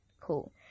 cool